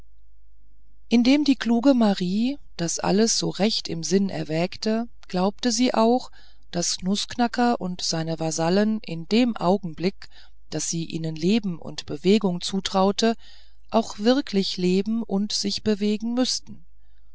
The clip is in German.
indem die kluge marie das alles so recht im sinn erwägte glaubte sie auch daß nußknacker und seine vasallen in dem augenblick daß sie ihnen leben und bewegung zutraute auch wirklich leben und sich bewegen müßten